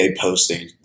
posting